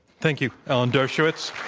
thank you, alan dershowitz.